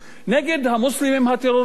נגד המוסלמים הטרוריסטים.